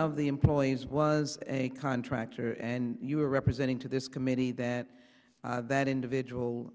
of the employees was a contractor and you were representing to this committee that that individual